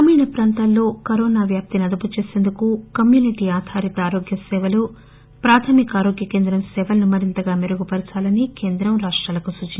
గ్రామీణ ప్రాంతాల్లో కరోనా వ్యాప్తిని అదుపు చేసేందుకు కమ్యూనిటీ ఆథారిత ఆరోగ్య సేవలు ప్రాథమిక ఆరోగ్య కేంద్రం సేవలను మరింతగా మెరుగు పరచాలని కేంద్రం రాష్టాలను కోరింది